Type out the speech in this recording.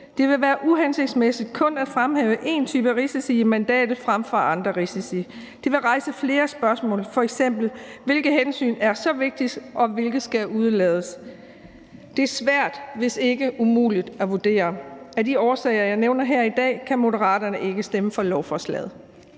Det vil være uhensigtsmæssigt at fremhæve én type af risiko i mandatet frem for andre risici. Det vil rejse flere spørgsmål, f.eks. hvilke hensyn der så er vigtigst, og hvilke der skal udelades. Det er svært, hvis ikke umuligt at vurdere. Af de årsager, jeg nævner her i dag, kan Moderaterne ikke stemme for beslutningsforslaget.